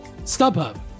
StubHub